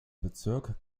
bezirk